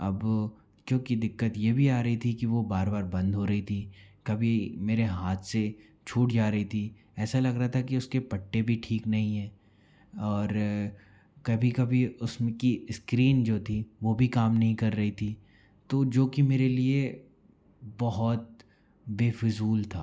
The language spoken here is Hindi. अब क्योंकि दिक्कत ये भी आ रही थी कि वो बार बार बंद हो रही थी कभी मेरे हाथ से छूट जा रही थी ऐसा लग रहा था कि उसके पट्टे भी ठीक नहीं है और कभी कभी उसमें की इस्क्रीन जो थी वो भी काम नहीं कर रही थी तो जो कि मेरे लिए बहुत बेफिजूल था